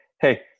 hey